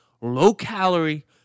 low-calorie